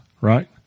right